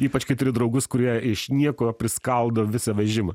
ypač kai turi draugus kurie iš nieko priskaldo visą vežimą